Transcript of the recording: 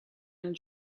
and